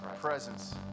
presence